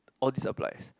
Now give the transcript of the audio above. all these applies